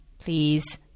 Please